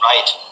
Right